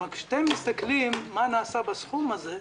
כלומר כאשר אתם מסתכלים מה נעשה בסכום הזה,